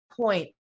point